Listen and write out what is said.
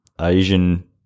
Asian